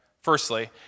firstly